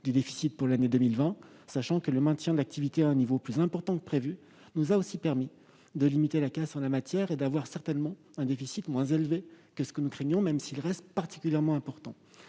du déficit pour l'année 2020, sachant que le maintien de l'activité à un niveau plus important que prévu nous a aussi permis de limiter la casse. Nous aurons certainement un déficit moins élevé que ce que nous craignions, même s'il restera particulièrement important.